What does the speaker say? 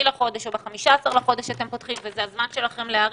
לחודש או ב-15 בחודש אתם פותחים וזה הזמן שלכם להיערך,